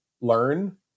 learn